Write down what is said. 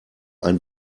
ein